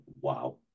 Wow